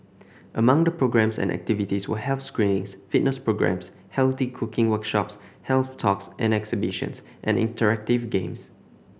among the programmes and activities were health screenings fitness programmes healthy cooking workshops health talks and exhibitions and interactive games